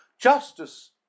Justice